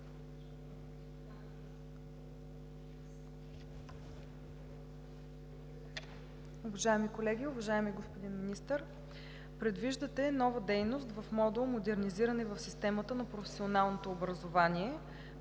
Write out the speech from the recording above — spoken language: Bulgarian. Уважаеми колеги, уважаеми господин Министър! Предвиждате нова дейност в Модул „Модернизиране в системата на професионално образование“,